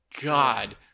god